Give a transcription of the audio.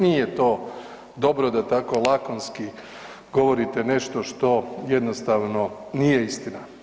Nije to dobro da tako lakonski govorite nešto što jednostavno nije istina.